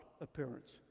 appearance